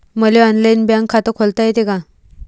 मले online bank खात खोलता येते का?